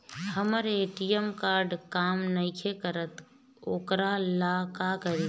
हमर ATM card काम नईखे करत वोकरा ला का करी?